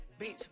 Bitch